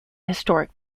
historic